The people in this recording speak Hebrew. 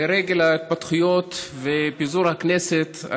לרגל ההתפתחויות ופיזור הכנסת,